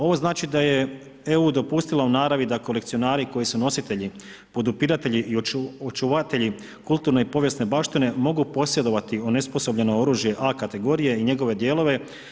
Ovo znači da je EU dopustila u naravni da kolekcionari koji su nositelji, podupiratelji i očuvatelji kulturne i povijesne baštine mogu posjedovati onesposobljeno oružje A kategorije i njegove dijelove.